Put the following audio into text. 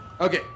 Okay